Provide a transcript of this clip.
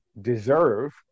deserve